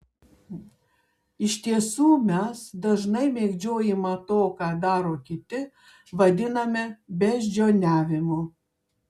iš tiesų mes dažnai mėgdžiojimą to ką daro kiti vadiname beždžioniavimu